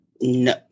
No